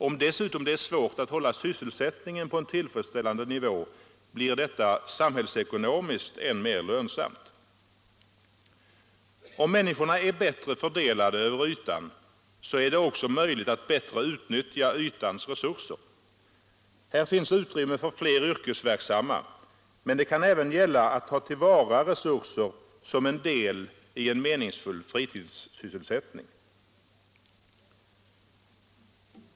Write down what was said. Om det dessutom är svårt att hålla sysselsättningen på en tillfredsställande nivå blir detta samhällsekonomiskt än mera lönsamt. Om människorna är bättre fördelade över ytan är det också möjligt att bättre utnyttja ytans resurser. Här finns utrymme för fler yrkesverksamma, men det kan även gälla att ta till vara resurser som en del i en meningsfull fritidssysselsättning.